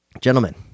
Gentlemen